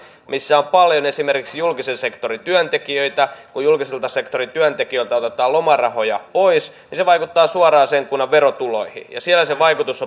missä on paljon esimerkiksi julkisen sektorin työntekijöitä julkisen sektorin työntekijöiltä otetaan lomarahoja pois niin se vaikuttaa suoraan sen kunnan verotuloihin ja siellä sen vaikutus